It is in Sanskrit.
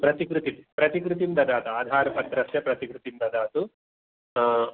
प्रतिकृति प्रतिकृतिं ददातु आधारपत्रस्य प्रतीकृतिं ददातु